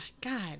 God